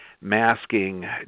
masking